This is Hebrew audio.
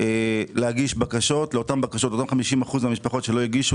להגיש בקשות, אותם 50% מהמשפחות שלא הגישו.